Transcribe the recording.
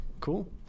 Cool